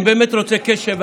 אני באמת רוצה קשב.